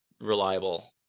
reliable